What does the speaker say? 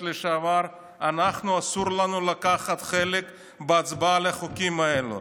לשעבר: אסור לנו לקחת חלק בהצבעה על החוקים האלה.